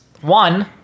one